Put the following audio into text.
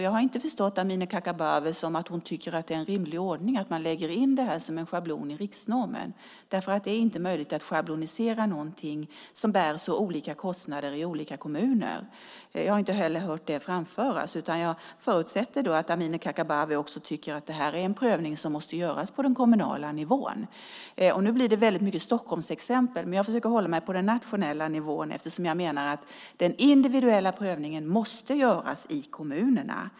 Jag har inte förstått Amineh Kakabaveh så att hon tycker att det är en rimlig ordning att man lägger in det här som en schablon i riksnormen. Det är inte möjligt att schablonisera någonting som bär så olika kostnader i olika kommuner. Jag har inte heller hört det framföras. Jag förutsätter att Amineh Kakabaveh tycker att det här är en prövning som måste göras på den kommunala nivån. Nu blir det väldigt mycket Stockholmsexempel, men jag försöker hålla mig på den nationella nivån, eftersom jag menar att den individuella prövningen måste göras i kommunerna.